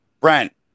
Brent